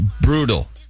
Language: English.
brutal